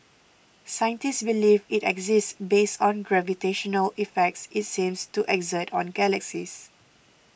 scientists believe it exists based on gravitational effects it seems to exert on galaxies